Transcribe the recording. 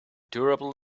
durable